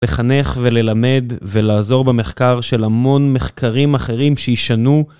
לחנך וללמד ולעזור במחקר של המון מחקרים אחרים שישנו.